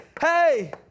hey